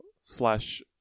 slash